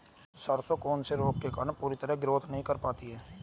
सरसों कौन से रोग के कारण पूरी तरह ग्रोथ नहीं कर पाती है?